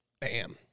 Bam